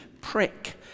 prick